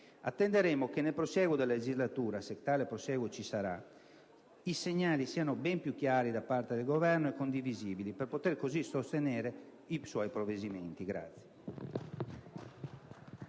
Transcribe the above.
attenderemo che nel prosieguo della legislatura, se tale prosieguo ci sarà, i segnali siano ben più chiari da parte del Governo e condivisibili, per poter così sostenere i suoi provvedimenti.